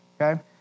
okay